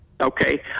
okay